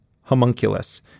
Homunculus